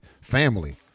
family